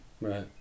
Right